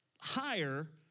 higher